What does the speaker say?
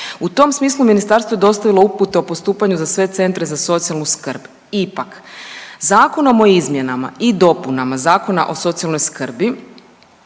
U tom smislu ministarstvo je dostavilo uputu o postupanju za sve centre za socijalnu skrb. Ipak Zakonom o izmjenama i dopunama Zakona o socijalnoj skrbi